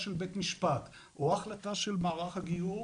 של בית משפט או החלטה של מערך הגיור.